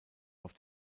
auf